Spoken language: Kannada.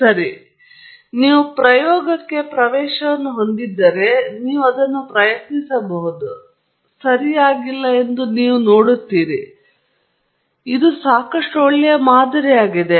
ಸರಿ ನೀವು ಪ್ರಯೋಗಕ್ಕೆ ಪ್ರವೇಶವನ್ನು ಹೊಂದಿದ್ದರೆ ನೀವು ಅದನ್ನು ಪ್ರಯತ್ನಿಸಬೇಕು ಮತ್ತು ಇದು ಸರಿಯಾಗಿಲ್ಲ ಎಂದು ನೀವು ನೋಡುತ್ತೀರಿ ಆದರೆ ಇದು ಸಾಕಷ್ಟು ಒಳ್ಳೆಯ ಮಾದರಿಯಾಗಿದೆ